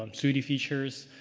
um so d features,